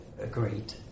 agreed